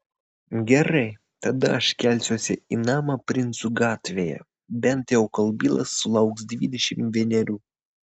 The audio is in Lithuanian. gerai tada aš kelsiuosi į namą princų gatvėje bent jau kol bilas sulauks dvidešimt vienerių